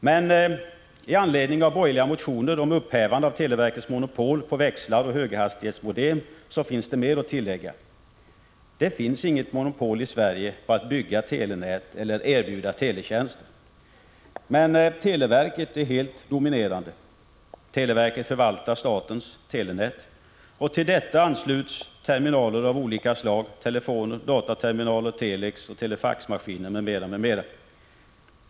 Men i anledning av borgerliga motioner om upphävande av televerkets monopol på växlar och höghastighetsmodem finns det mer att tillägga. Det finns inget monopol i Sverige på att bygga telenät eller erbjuda teletjänster. Men televerket är helt dominerande. Televerket förvaltar statens telenät. Till detta ansluts terminaler av olika slag: telefoner, dataterminaler, telex och telefaxmaskiner m.m.